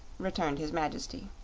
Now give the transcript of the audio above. returned his majesty.